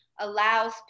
allows